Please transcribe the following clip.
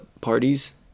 parties